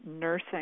nursing